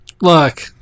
Look